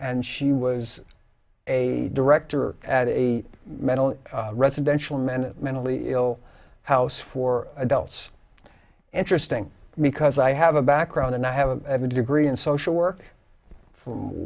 and she was a director at a mental residential menat mentally ill house for adults interesting because i have a background and i have a degree in social work from